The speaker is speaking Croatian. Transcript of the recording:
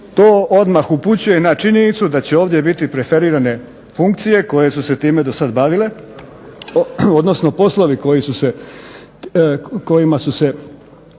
to odmah upućuje na činjenicu da će ovdje biti preferirane funkcije koje su se time do sad bavile, odnosno poslovi kojima su se